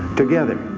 together,